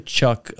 Chuck